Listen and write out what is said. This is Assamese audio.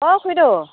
অঁ খুৰীদেউ